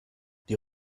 die